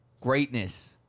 greatness